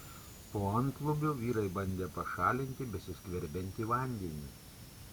po antlubiu vyrai bandė pašalinti besiskverbiantį vandenį